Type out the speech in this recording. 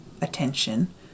attention